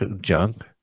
junk